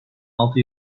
altı